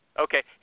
okay